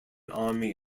army